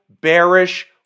bearish